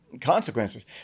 consequences